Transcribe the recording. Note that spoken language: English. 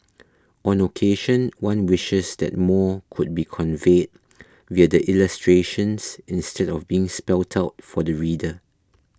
on occasion one wishes that more could be conveyed via the illustrations instead of being spelt out for the reader